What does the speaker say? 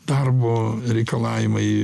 darbo reikalavimai